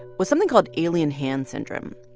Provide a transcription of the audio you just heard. was something called alien hand syndrome.